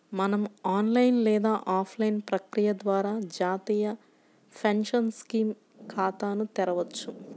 మనం ఆన్లైన్ లేదా ఆఫ్లైన్ ప్రక్రియ ద్వారా జాతీయ పెన్షన్ స్కీమ్ ఖాతాను తెరవొచ్చు